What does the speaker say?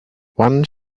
one